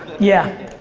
yeah,